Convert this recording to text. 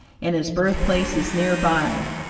and his birthplace is near-by.